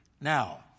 Now